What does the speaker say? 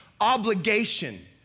obligation